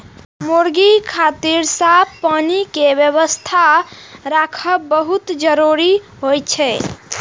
मुर्गी खातिर साफ पानी के व्यवस्था राखब बहुत जरूरी होइ छै